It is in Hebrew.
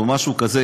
או משהו כזה,